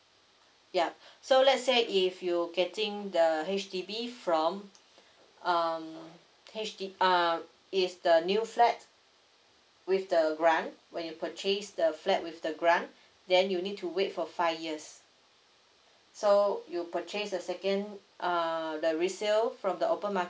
yup so let's say if you getting the H_D_B from um H_D err is the new flat with the grant when you purchase the flat with the grant then you need to wait for five years so you purchase the second uh the resale from the open